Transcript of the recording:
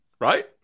Right